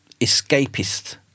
escapist